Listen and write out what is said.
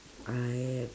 I